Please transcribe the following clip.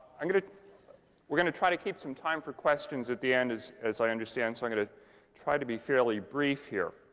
i'm going to we're going to try to keep some time for questions at the end, as i understand. so i'm going to try to be fairly brief here.